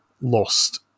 lost